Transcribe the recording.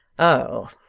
oh,